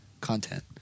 content